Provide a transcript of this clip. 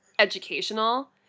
Educational